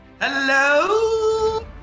Hello